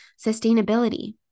sustainability